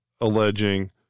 alleging